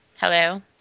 hello